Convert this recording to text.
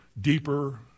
deeper